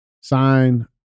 sign